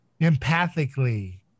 empathically